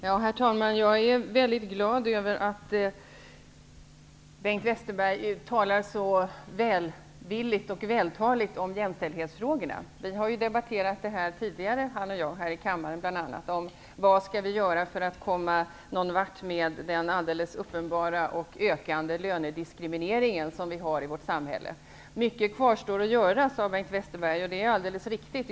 Herr talman! Jag är mycket glad över att Bengt Westerberg talar så välvilligt och vältaligt om jämställdhetsfrågorna. Bengt Westerberg och jag har ju debatterat det här tidigare i kammaren. Vi har bl.a. diskuterat vad som bör göras för att komma någon vart med den alldeles uppenbara och ökande lönediskriminering som vi har i vårt samhälle. Bengt Westerberg sade att mycket kvarstår att göra. Det är alldeles riktigt.